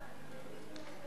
התקבלו.